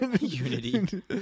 Unity